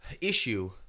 issue